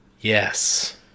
Yes